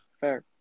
Fair